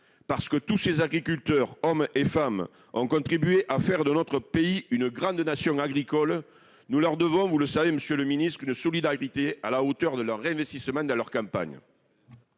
Parce que ces agriculteurs, hommes et femmes, ont contribué à faire de notre pays une grande nation agricole, nous leur devons, vous le savez, monsieur le ministre, une solidarité qui soit à la hauteur de leur investissement dans nos campagnes.